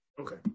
Okay